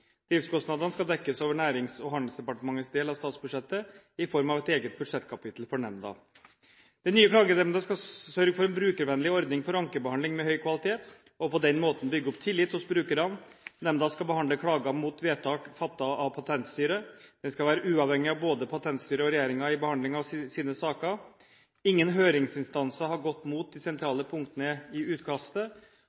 Driftskostnadene skal dekkes over Nærings- og handelsdepartementets del av statsbudsjettet, i form av et eget budsjettkapittel for nemnda. Den nye Klagenemnda skal sørge for en brukervennlig ordning for ankebehandling med høy kvalitet og på den måten bygge opp tillit hos brukerne. Nemnda skal behandle klager mot vedtak fattet av Patentstyret. Den skal være uavhengig av både Patentstyret og regjeringen i behandlingen av sine saker. Ingen høringsinstanser har gått imot de